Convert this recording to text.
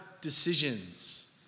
decisions